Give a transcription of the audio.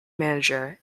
manager